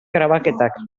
grabaketak